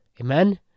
Amen